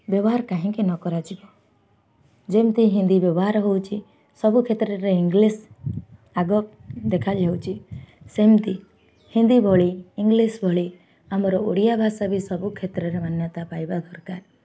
ବ୍ୟବହାର କାହିଁକି ନ କରାଯିବ ଯେମିତି ହିନ୍ଦୀ ବ୍ୟବହାର ହେଉଛି ସବୁ କ୍ଷେତ୍ରରେ ଇଂଲିଶ ଆଗ ଦେଖାଯାଉଛି ସେମିତି ହିନ୍ଦୀ ଭଳି ଇଂଲିଶ ଭଳି ଆମର ଓଡ଼ିଆ ଭାଷା ବି ସବୁ କ୍ଷେତ୍ରରେ ମାନ୍ୟତା ପାଇବା ଦରକାର